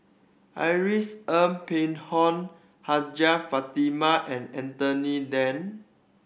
Ng Phek Hoong Hajjah Fatimah and Anthony Then